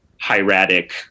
hieratic